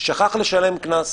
ושכח לשלם קנס.